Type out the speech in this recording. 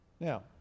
Now